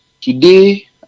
today